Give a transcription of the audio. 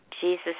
Jesus